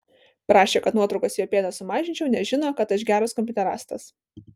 prašė kad nuotraukose jo pėdas sumažinčiau nes žino kad aš geras kompiuterastas